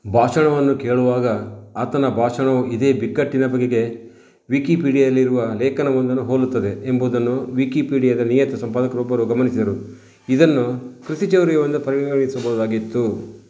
ಭಾಷಣವನ್ನು ಕೇಳುವಾಗ ಆತನ ಭಾಷಣವು ಇದೇ ಬಿಕ್ಕಟ್ಟಿನ ಬಗೆಗೆ ವಿಕಿಪೀಡಿಯಾಲ್ಲಿರುವ ಲೇಖನ ಒಂದನ್ನು ಹೋಲುತ್ತದೆ ಎಂಬುದನ್ನು ವಿಕಿಪೀಡಿಯಾದ ನಿಯತ ಸಂಪಾದಕರೊಬ್ಬರು ಗಮನಿಸಿದರು ಇದನ್ನು ಕೃತಿಚೌರ್ಯವೆಂದು ಪರಿಗಣಿಸಬಹುದಾಗಿತ್ತು